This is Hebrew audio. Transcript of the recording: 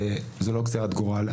זה לא גזירת גורל,